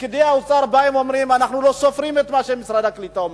פקידי האוצר באים ואומרים: אנחנו לא סופרים את מה שמשרד הקליטה אומר,